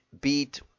beat